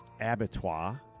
Abattoir